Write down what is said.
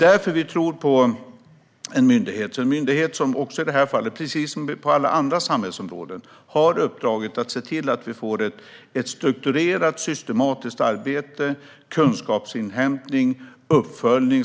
Därför tror vi på en myndighet. Precis som på alla andra samhällsområden kommer den att ha i uppdrag att se till att vi får ett strukturerat, systematiskt arbete och en kunskapsinhämtning och uppföljning.